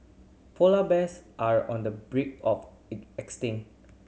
polar bears are on the brink of